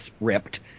ripped